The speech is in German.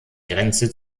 grenze